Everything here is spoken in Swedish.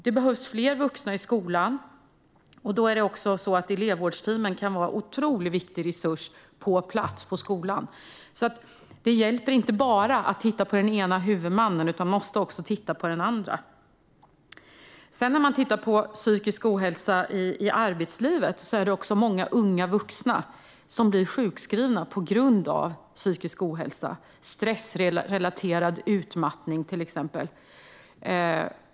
Det behövs fler vuxna i skolan, och då kan elevvårdsteamen vara en otroligt viktig resurs på plats i skolan. Det hjälper därför inte att bara titta på den ena huvudmannen. Man måste också titta på den andra. När man tittar på psykisk ohälsa i arbetslivet ser man att det är många unga vuxna som blir sjukskrivna på grund av psykisk ohälsa, till exempel stressrelaterad utmattning.